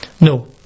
No